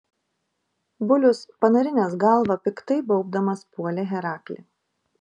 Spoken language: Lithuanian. bulius panarinęs galvą piktai baubdamas puolė heraklį